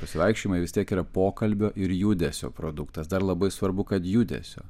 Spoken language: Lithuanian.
pasivaikščiojimai vis tiek yra pokalbio ir judesio produktas dar labai svarbu kad judesio